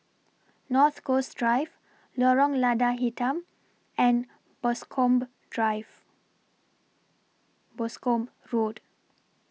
North Coast Drive Lorong Lada Hitam and Boscombe Drive Boscombe Road